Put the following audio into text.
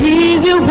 easy